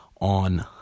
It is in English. on